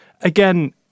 again